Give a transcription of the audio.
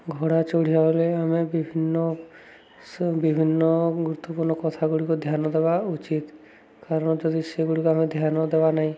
ଘୋଡ଼ା ଚଢ଼ିବା ବେଳେ ଆମେ ବିଭିନ୍ନ ବିଭିନ୍ନ ଗୁରୁତ୍ୱପୂର୍ଣ୍ଣ କଥା ଗୁଡ଼ିକ ଧ୍ୟାନ ଦେବା ଉଚିତ କାରଣ ଯଦି ସେଗୁଡ଼ିକ ଆମେ ଧ୍ୟାନ ଦେବା ନାହିଁ